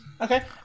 okay